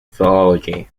philology